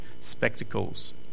spectacles